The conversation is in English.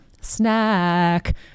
Snack